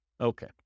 Okay